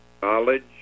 College